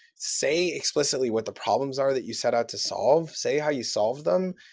say explicitly what the problems are that you set out to solve. say how you solve them,